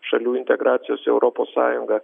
šalių integracijos į europos sąjungą